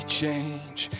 change